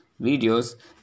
videos